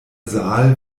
saal